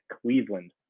Cleveland